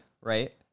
right